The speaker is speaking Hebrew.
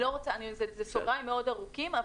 זה סוגריים מאוד ארוכים.